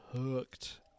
hooked